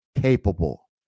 capable